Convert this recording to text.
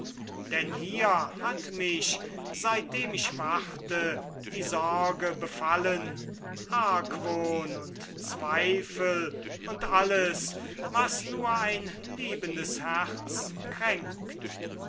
denn hier hat mich seitdem ich warte die sorge befallen argwohn und zweifel und alles was nur ein liebendes herz kränkt